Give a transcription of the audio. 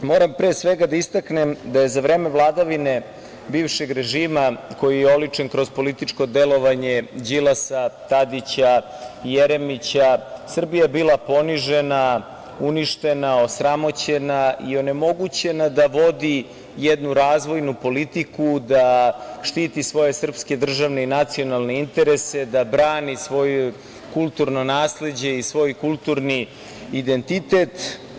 Moram, pre svega da istaknem da je za vreme vladavine bivšeg režima, koji je oličen kroz političko delovanje Đilasa, Tadića, Jeremića, Srbija bila ponižena, uništena, osramoćena i onemogućena da vodi jednu razvojnu politiku, da štiti svoje srpske državne i nacionalne interese, da brani svoju kulturno nasleđe i svoj kulturni identitet.